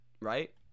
right